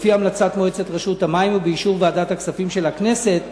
לפי המלצת מועצת רשות המים ובאישור ועדת הכספים של הכנסת,